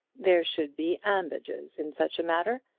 there should be ambages in such a matter.